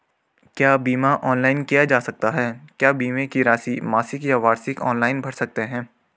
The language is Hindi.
क्या बीमा ऑनलाइन किया जा सकता है क्या बीमे की राशि मासिक या वार्षिक ऑनलाइन भर सकते हैं?